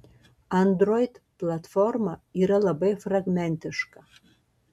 android platforma yra labai fragmentiška